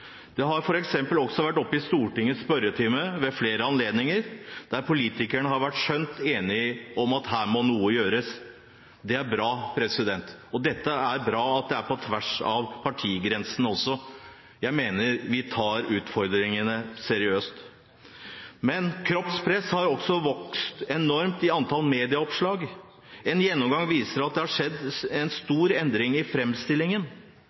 Det har f.eks. også vært oppe i Stortingets spørretime ved flere anledninger, der politikerne har vært skjønt enige om at her må noe gjøres. Det er bra, og det er også bra at det er på tvers av partigrensene. Jeg mener vi tar utfordringene seriøst. Fenomenet «kroppspress» har også vokst enormt i antall medieoppslag. En gjennomgang viser at det har skjedd en stor endring i